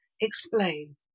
Explain